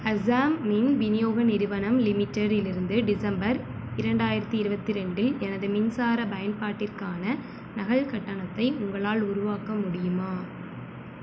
அசாம் மின் விநியோக நிறுவனம் லிமிட்டடிலிருந்து டிசம்பர் இரண்டாயிரத்தி இருபத்தி ரெண்டில் எனது மின்சார பயன்பாட்டிற்கான நகல் கட்டணத்தை உங்களால் உருவாக்க முடியுமா